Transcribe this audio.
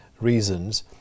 reasons